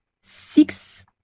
six